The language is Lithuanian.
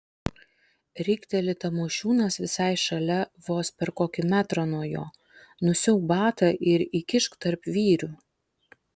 rikteli tamošiūnas visai šalia vos per kokį metrą nuo jo nusiauk batą ir įkišk tarp vyrių